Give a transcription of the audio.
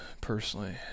personally